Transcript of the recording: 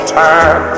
time